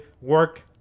work